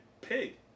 pig